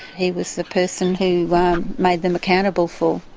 he was the person who made them accountable for,